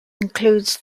includes